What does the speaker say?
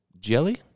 Jelly